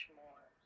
more